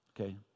Okay